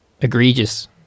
egregious